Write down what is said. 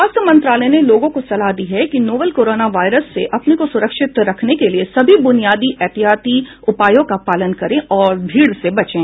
स्वास्थ्य मंत्रालय ने लोगों को सलाह दी है कि वे नोवल कोरोना वायरस से अपने को सुरक्षित रखने के लिए सभी बुनियादी एहतियाती उपायों का पालन करें और भीड़ से बचें